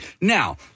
Now